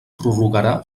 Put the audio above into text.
prorrogarà